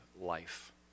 life